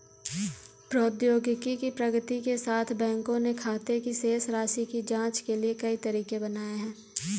प्रौद्योगिकी की प्रगति के साथ, बैंकों ने खाते की शेष राशि की जांच के लिए कई तरीके बनाए है